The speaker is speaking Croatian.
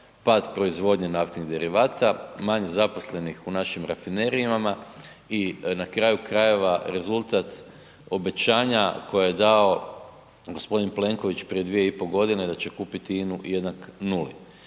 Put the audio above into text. pad proizvodnje naftnih derivata, manje zaposlenih u našim rafinerijama i na kraju krajeva, rezultat obećanja koje je dao g. Plenković prije 2,5 godine da će kupiti INA-u jednak nuli.